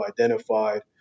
identified